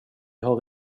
har